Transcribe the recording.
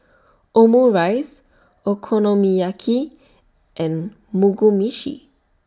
Omurice Okonomiyaki and Mugi Meshi